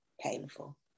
painful